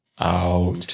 Out